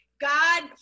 God